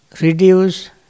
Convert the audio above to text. reduce